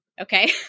Okay